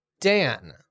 Dan